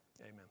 amen